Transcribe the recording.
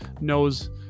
knows